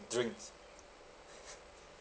drinks